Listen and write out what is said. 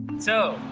so,